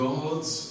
God's